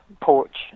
porch